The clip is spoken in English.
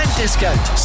discount